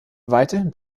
weiterhin